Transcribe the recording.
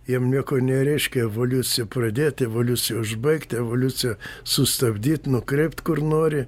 jam nieko nereiškia evoliuciją pradėt evoliuciją užbaigt evoliuciją sustabdyt nukreipt kur nori